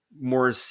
more